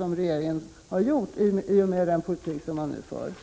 tyvärr regeringen med den förda politiken.